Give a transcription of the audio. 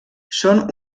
són